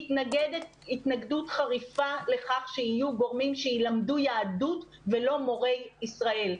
מתנגדת התנגדות חריפה לכך שיהיו גורמים שילמדו יהדות ולא מורי ישראל.